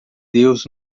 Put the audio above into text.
deus